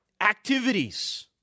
activities